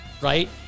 right